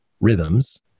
rhythms